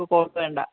വേണ്ട